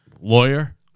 Lawyer